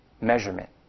measurement